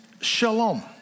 shalom